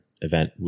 event